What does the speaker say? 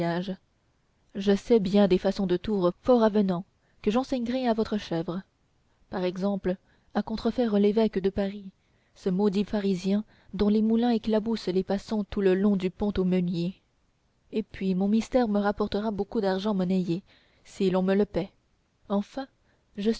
je sais bien des façons de tours fort avenants que j'enseignerai à votre chèvre par exemple à contrefaire l'évêque de paris ce maudit pharisien dont les moulins éclaboussent les passants tout le long du pont aux meuniers et puis mon mystère me rapportera beaucoup d'argent monnayé si l'on me le paie enfin je